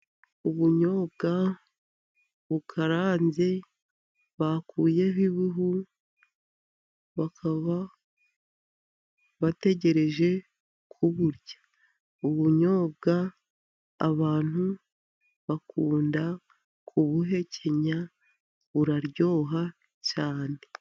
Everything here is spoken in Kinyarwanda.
Ubunyobwa bukaranze, bakuyeho ibihu, bakaba bategereje kuburya. Ubunyobwa abantu bakunda kubuhekenya, buraryoha cyane.